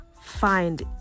find